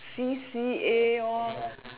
C_C_A all